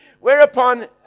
Whereupon